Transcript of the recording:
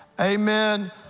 amen